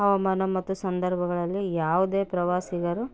ಹವಾಮಾನ ಮತ್ತು ಸಂದರ್ಭಗಳಲ್ಲಿ ಯಾವುದೇ ಪ್ರವಾಸಿಗರು